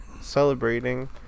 celebrating